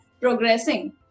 progressing